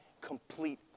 complete